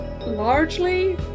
Largely